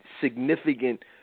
significant